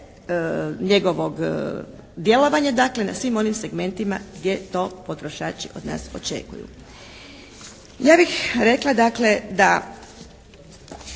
njegovo djelovanja. Dakle na svim onim segmentima gdje to potrošači od nas očekuju. Ja bih rekla dakle da